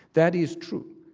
that is true.